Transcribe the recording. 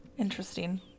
Interesting